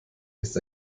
ist